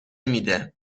میده